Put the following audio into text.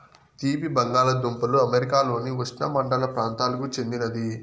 తీపి బంగాలదుంపలు అమెరికాలోని ఉష్ణమండల ప్రాంతాలకు చెందినది